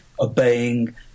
obeying